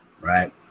right